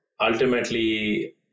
ultimately